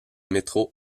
métro